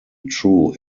true